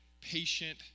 patient